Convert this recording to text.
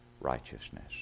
righteousness